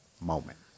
moment